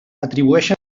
atribueixen